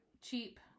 cheap